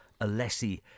alessi